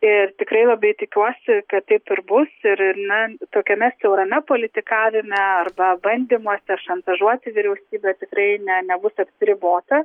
ir tikrai labai tikiuosi kad taip ir bus ir ir na tokiame siaurame politikavime arba bandymuose šantažuoti vyriausybę tikrai ne nebus apsiribota